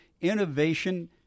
innovation